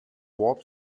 warp